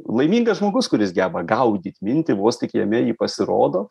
laimingas žmogus kuris geba gaudyt mintį vos tik jame ji pasirodo